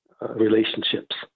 relationships